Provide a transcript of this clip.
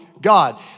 God